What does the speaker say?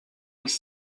with